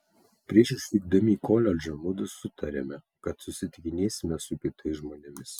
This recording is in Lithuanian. prieš išvykdami į koledžą mudu sutarėme kad susitikinėsime su kitais žmonėmis